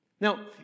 Now